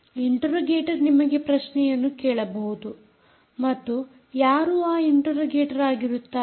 interrogator ನಿಮಗೆ ಪ್ರಶ್ನೆಯನ್ನು ಕೇಳಬಹುದು ಮತ್ತು ಯಾರು ಆ ಇಂಟೆರೋಗೇಟರ್ ಆಗಿರುತ್ತಾರೆ